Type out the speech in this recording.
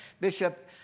Bishop